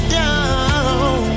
down